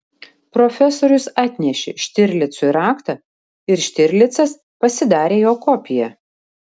profesorius atnešė štirlicui raktą ir štirlicas pasidarė jo kopiją